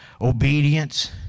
Obedience